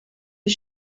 die